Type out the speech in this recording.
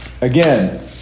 again